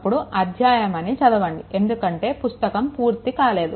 అప్పుడు అధ్యాయం అని చదవండి ఎందుకంటే పుస్తకం పూర్తి కాలేదు